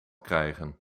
krijgen